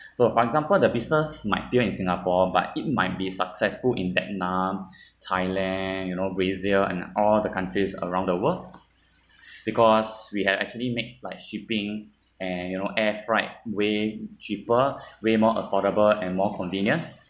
so for example the business might fail in singapore but it might be successful in vietnam thailand you know brazil and all the countries around the world because we have actually make like shipping and you know air flight way cheaper way more affordable and more convenient